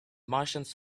martians